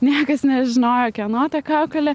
niekas nežinojo kieno ta kaukolė